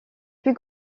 plus